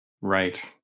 Right